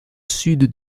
sud